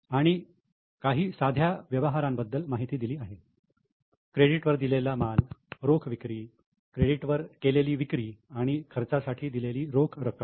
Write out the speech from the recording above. आणि काही साध्या व्यवहाराबद्दल माहिती दिली आहे क्रेडीटवर दिलेला माल रोख विक्री क्रेडिट वर केलेली विक्री आणि खर्चासाठी दिलेली रोख रक्कम